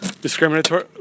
discriminatory